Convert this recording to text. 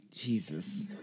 Jesus